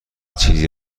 چیزی